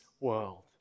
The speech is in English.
world